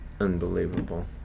unbelievable